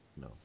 No